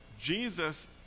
Jesus